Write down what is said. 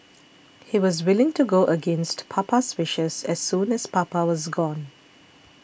he was willing to go against Papa's wishes as soon as Papa was gone